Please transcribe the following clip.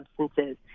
substances